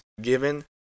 given